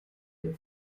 der